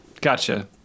Gotcha